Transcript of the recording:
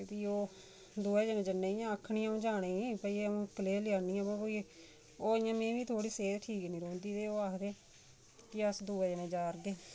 ते फ्ही ओह् दोऐ जने जन्ने इ'यां आखनी आ'ऊं जाने ई भई अऊं इक्कली गै लेआउनी बा ओह् इ'यां में थोह्ड़ी सेह्त ठीक नी रौंह्दी ते ओह् आखदे कि अस दोऐ जने जा'रगे